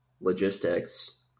logistics